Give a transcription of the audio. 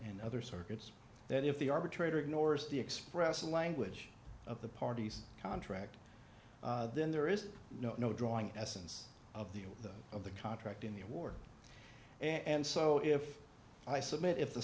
in other circuits that if the arbitrator ignores the expressive language of the parties contract then there is no drawing essence of the of the contract in the award and so if i submit if